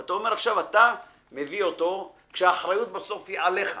אתה אומר: עכשיו אתה מביא אותו כאשר האחריות בסוף היא עליך.